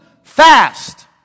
fast